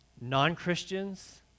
Non-Christians